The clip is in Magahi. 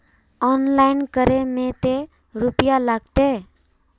ऑनलाइन करे में ते रुपया लगते?